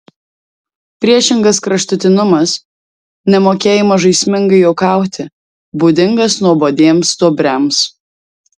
priešingas kraštutinumas nemokėjimas žaismingai juokauti būdingas nuobodiems stuobriams